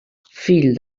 fill